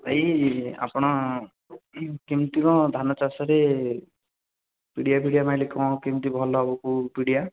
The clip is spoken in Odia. ଭାଇ ଆପଣ କେମିତି କ'ଣ ଧାନ ଚାଷରେ ପିଡ଼ିଆ ଫିଡ଼ିଆ ମାଇଲେ କ'ଣ କେମତି ଭଲ ହବ କେଉଁ ପିଡ଼ିଆ